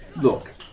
Look